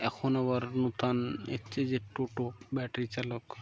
এখন আবার নতুন এসেছে যে টোটো ব্যাটারি চালক